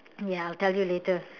ya I'll tell you later